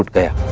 there